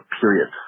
period